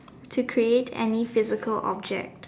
to create any physical object